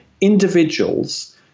individuals